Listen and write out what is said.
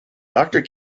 doctor